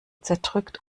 zerdrückt